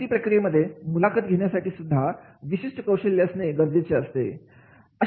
भरती प्रक्रियेमध्येमुलाखत घेण्यासाठी सुद्धा विशिष्ट कौशल्य असणे गरजेचे असते